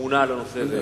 אמונה על הנושא הזה.